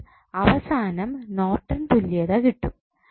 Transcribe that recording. അപ്പോൾ അവസാനം നോർട്ടൺ തുല്യത കിട്ടും